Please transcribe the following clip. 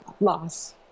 loss